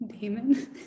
damon